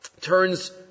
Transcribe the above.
Turns